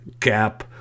cap